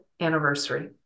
anniversary